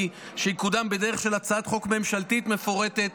שיקודם בדרך של הצעת חוק ממשלתית מפורטת,